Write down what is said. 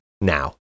now